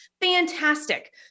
fantastic